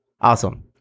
awesome